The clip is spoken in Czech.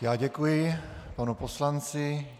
Já děkuji panu poslanci.